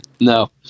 No